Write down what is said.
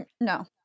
No